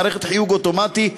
מערכת חיוג אוטומטי,